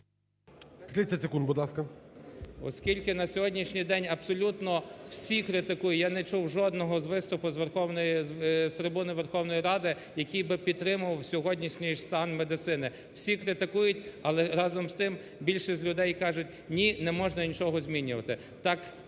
Оскільки на сьогоднішній день абсолютно всі критикують, я не чув жодного з виступу з трибуни Верховної Ради, який би підтримував сьогоднішній стан медицини. Всі критикують, але, разом з тим, більшість людей кажуть: "Ні, не можна нічого змінювати".